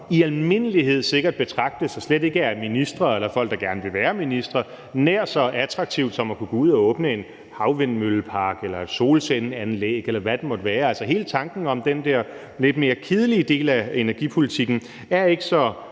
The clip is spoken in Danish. i almindelighed betragtes – og slet ikke af ministre eller folk, der gerne vil være minister – nær så attraktivt som at kunne gå ud og åbne en havvindmøllepark eller et solcelleanlæg, eller hvad det måtte være. Altså, hele tanken om den der lidt mere kedelige del af energipolitikken har ikke så